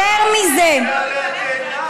יותר מזה, לא התכוונת.